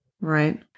right